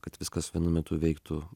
kad viskas vienu metu veiktų